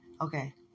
Okay